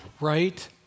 right